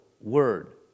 word